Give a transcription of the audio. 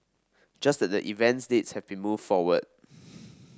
just that the event dates have been moved forward